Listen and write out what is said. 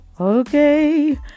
okay